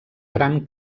gran